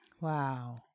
Wow